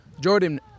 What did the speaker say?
Jordan